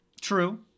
True